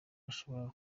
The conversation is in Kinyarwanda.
bashobora